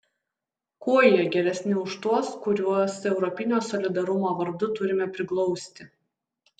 kuo jie geresni už tuos kuriuos europinio solidarumo vardu turime priglausti